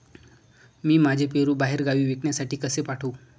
मी माझे पेरू बाहेरगावी विकण्यासाठी कसे पाठवू?